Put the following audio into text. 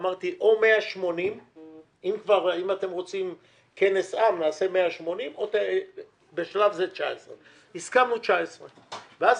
אז אמרתי: או 180 או 19. הסכמנו על 19. ואז